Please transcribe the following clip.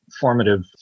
formative